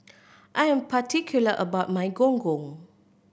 I am particular about my Gong Gong